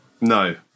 No